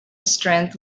strength